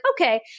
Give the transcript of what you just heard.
okay